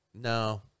No